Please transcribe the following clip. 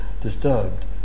disturbed